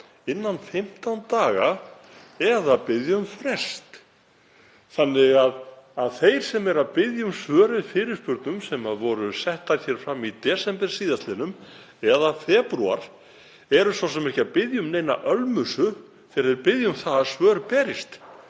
innan 15 daga eða biðja um frest þannig að þeir sem eru að biðja um svör við fyrirspurnum sem voru settar fram í desember síðastliðnum eða febrúar eru svo sem ekki að biðja um neina ölmusu þegar þeir biðja um að svör berist,